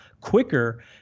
quicker